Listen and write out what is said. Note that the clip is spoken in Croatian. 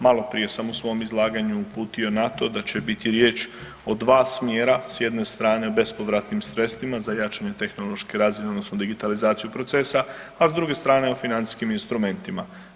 Maloprije sam u svom izlaganju uputio na to da će biti riječ o dva smjera s jedne strane bespovratnim sredstvima za jačanje tehnološke razine odnosno digitalizaciju procesa, a s druge strane o financijskim instrumentima.